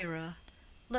mirah,